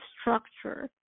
structure